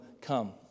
come